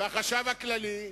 והחשב הכללי,